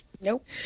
Nope